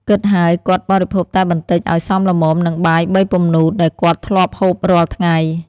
គិតហើយ គាត់បរិភោគតែបន្តិចអោយសមល្មមនឹង បាយបីពំនួតដែលគាត់ធ្លាប់ហូបរាល់ថ្ងៃ ។